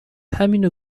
همینو